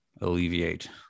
alleviate